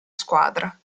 squadra